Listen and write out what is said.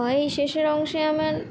এই শেষের অংশে আমার